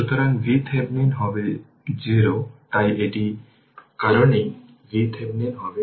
সুতরাং VThevenin হবে 0 তাই এই কারণেই VThevenin হল 0